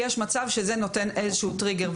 יש מצב שזה נותן איזשהו טריגר.